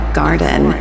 garden